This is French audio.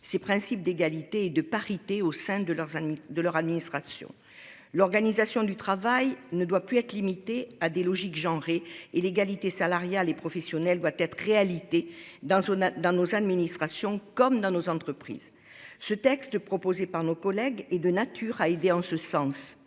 ces principes d'égalité et de parité au sein de leurs amis de leur administration. L'organisation du travail ne doit plus être limité à des logiques genre et et l'égalité salariale et professionnelle doit être réalité dans une, dans nos administrations comme dans nos entreprises. Ce texte proposé par nos collègues et de nature à aider en ce sens.